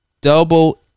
double